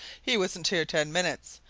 he wasn't here ten minutes.